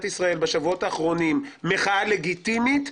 ישראל בשבועות האחרונים מחאה לגיטימית,